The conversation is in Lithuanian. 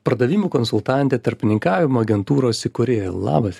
pardavimų konsultantė tarpininkavimo agentūros įkūrėja labas